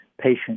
patient